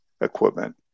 equipment